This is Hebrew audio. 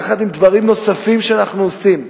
יחד עם דברים נוספים שאנחנו עושים,